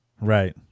Right